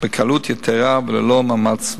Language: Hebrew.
בקלות יתירה וללא מאמץ מיוחד.